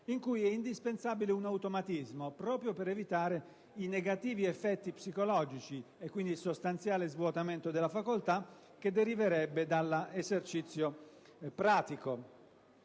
in cui è indispensabile un automatismo, proprio per evitare i negativi effetti psicologici e quindi il sostanziale svuotamento della facoltà che deriverebbe dall'esercizio pratico